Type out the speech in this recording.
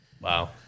Wow